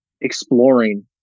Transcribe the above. exploring